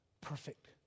perfect